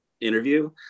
interview